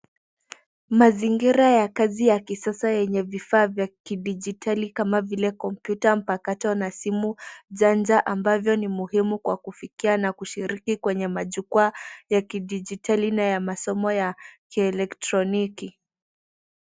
Mazingira ya kazi ya kisasa yenye vifaa vya kidigitali kama vile kompyuta mpakato na simu chanja ambayo ni muhimu kwa kufikia na kushiriki kwenye majukwaa ya kidigitali na ya masomo ya kielektroniki .